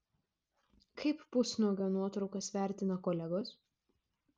kaip pusnuogio nuotraukas vertina kolegos